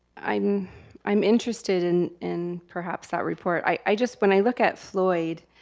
i'm i'm interested in in perhaps that report. i just, when i look at floyd,